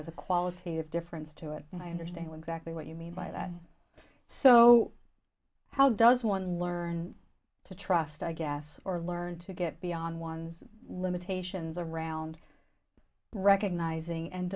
a qualitative difference to it and i understand exactly what you mean by that so how does one learn to trust i guess or learn to get beyond one's limitations around recognizing and